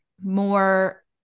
more